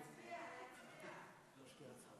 להצביע, להצביע.